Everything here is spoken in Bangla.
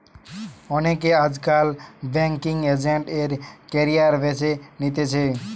অনেকে আজকাল বেংকিঙ এজেন্ট এর ক্যারিয়ার বেছে নিতেছে